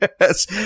Yes